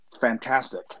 Fantastic